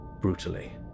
brutally